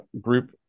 group